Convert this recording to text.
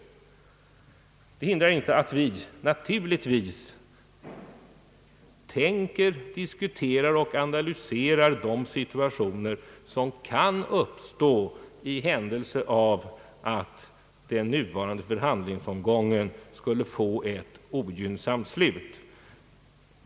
Det hindrar naturligtvis inte att vi tänker igenom, diskuterar och analyserar de situationer som kan uppstå i händelse av att den nuvarande förhandlingsomgången skulle få ett ogynnsamt slut.